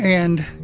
and,